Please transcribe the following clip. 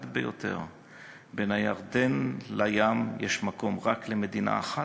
ביותר: בין הירדן לים יש מקום רק למדינה אחת,